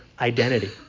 identity